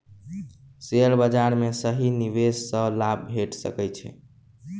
share बाजार में सही निवेश सॅ लाभ भेट सकै छै